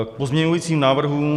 K pozměňujícím návrhům.